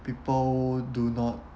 people do not